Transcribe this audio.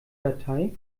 datei